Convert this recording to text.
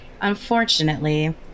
unfortunately